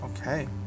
Okay